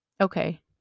Okay